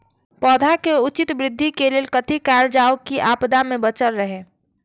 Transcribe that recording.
पौधा के उचित वृद्धि के लेल कथि कायल जाओ की आपदा में बचल रहे?